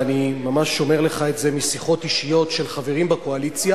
ואני ממש אומר לך את זה משיחות אישיות של חברים בקואליציה,